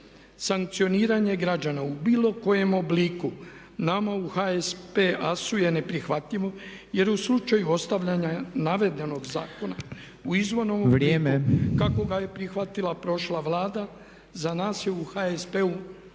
Sankcioniranje građana u bilo kojem obliku nama u HSPAS-u je neprihvatljivo jer u slučaju ostavljanja navedenog zakona u izvornom obliku kako ga je prihvatila … …/Upadica predsjednik: